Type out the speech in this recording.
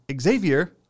Xavier